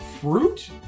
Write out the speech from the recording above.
Fruit